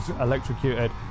electrocuted